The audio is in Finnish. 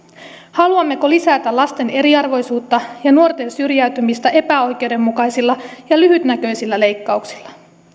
haluammeko lisätä lasten eriarvoisuutta ja nuorten syrjäytymistä epäoikeudenmukaisilla ja lyhytnäköisillä leikkauksilla